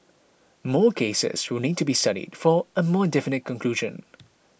more cases will need to be studied for a more definite conclusion